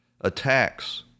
attacks